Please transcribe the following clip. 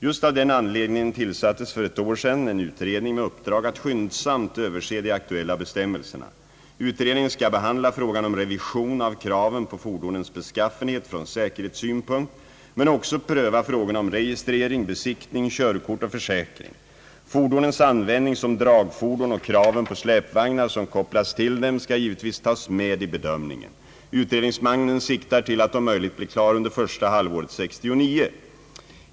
Just av den anledningen tillsattes för ett år sedan en utredning med uppdrag att skyndsamt överse de aktuella bestämmelserna. Utredningen skall behandla frågan om revision av kraven på fordonens beskaffenhet från säkerhetssynpunkt men också pröva frågorna om registrering, besiktning, körkort och försäkring. Fordonens användning som dragfordon och kraven på släpvagnar som kopplas till dem skall givetvis tas med i bedömningen. Utredningsmannen siktar till att om möjligt bli klar under första halvåret 1969.